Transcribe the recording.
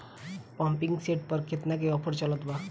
Pumping set पर केतना के ऑफर चलत बा?